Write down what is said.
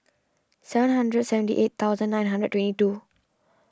seven hundred seventy eight thousand nine hundred twenty two